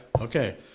Okay